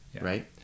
right